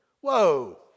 whoa